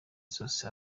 zose